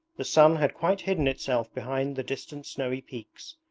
the sun had quite hidden itself behind the distant snowy peaks.